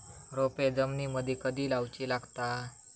रोपे जमिनीमदि कधी लाऊची लागता?